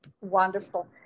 Wonderful